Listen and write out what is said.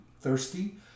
thirsty